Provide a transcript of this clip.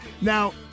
Now